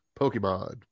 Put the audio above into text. Pokemon